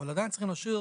אבל עדיין צריך להשאיר